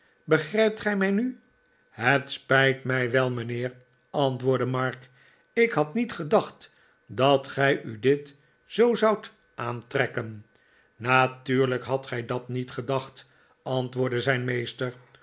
begrijpt gij mij nu het spijt mij wel mijnheer antwoordde mark ik had niet gedacht dat gij u dit zoo zoudt aantrekken natuurlijk hadt gij dat niet gedacht antwoordde zijn meester